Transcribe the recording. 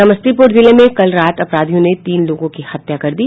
समस्तीपुर जिले में कल रात अपराधियों ने तीन लोगों की हत्या कर दी